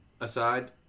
aside